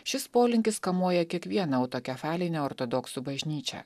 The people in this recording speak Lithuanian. šis polinkis kamuoja kiekvieną autokefalinę ortodoksų bažnyčią